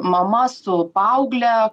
mama su paaugle